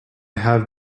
have